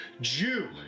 Jew